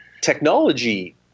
technology